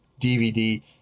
DVD